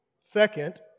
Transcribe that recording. Second